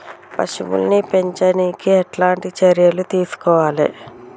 పశువుల్ని పెంచనీకి ఎట్లాంటి చర్యలు తీసుకోవాలే?